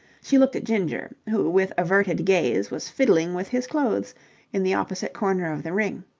she looked at ginger, who with averted gaze was fiddling with his clothes in the opposite corner of the ring.